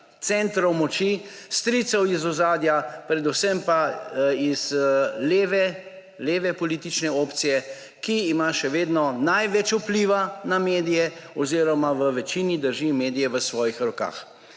centrov moči, stricev iz ozadja, predvsem pa leve politične opcije, ki ima še vedno največ vpliva na medije oziroma ima večino medijev v svojih rokah.